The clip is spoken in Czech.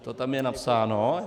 To tam je napsáno.